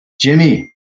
Jimmy